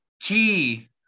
key